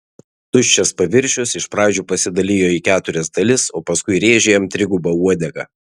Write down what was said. tuščias paviršius iš pradžių pasidalijo į keturias dalis o paskui rėžė jam triguba uodega